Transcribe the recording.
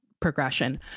progression